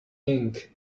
ink